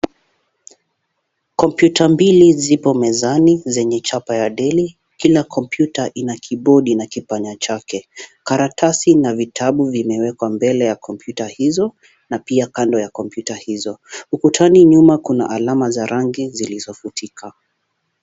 Kompyuta mbili zipo mezani zenye chapa ya DELL. Kila kompyuta ina kibodi na kipanya chake. Karatasi na vitabu vimewekwa mbele ya kompyuta hizo na pia kando ya kompyuta hizo. Ukutani nyuma kuna alama za rangi zilizofutika.